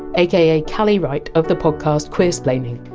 aka callie wright of the podcast queersplaining,